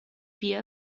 wir